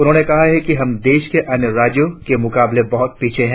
उन्होंने कहा है कि हम देश के अन्य राज्यों के मुकाबले बहुत पीछे है